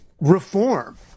reform